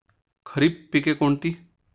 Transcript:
खरीप पिके कोणती?